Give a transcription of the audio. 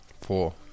Four